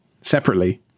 separately